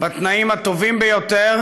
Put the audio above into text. בתנאים הטובים ביותר,